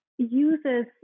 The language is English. uses